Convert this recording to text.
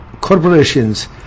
corporations